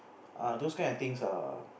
ah those kind of things are